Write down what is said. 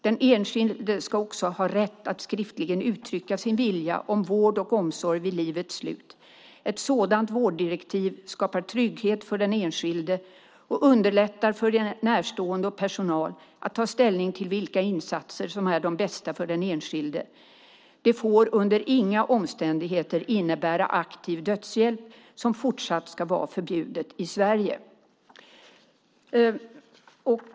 Den enskilde ska också ha rätt att skriftligen uttrycka sin vilja om vård och omsorg vid livets slut. Ett sådant vårddirektiv skapar trygghet för den enskilde och underlättar för närstående och personal att ta ställning till vilka insatser som är de bästa för den enskilde. Det får under inga omständigheter innebära aktiv dödshjälp, som fortsatt ska vara förbjudet i Sverige."